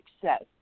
success